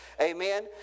Amen